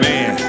Man